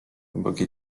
głębokie